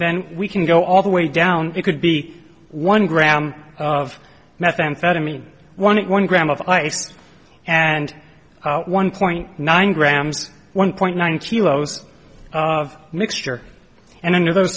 then we can go all the way down it could be one gram of methamphetamine one in one gram of ice and one point nine grams one point nine kilos of mixture and under those